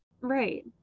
right